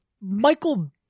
Michael